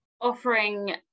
Offering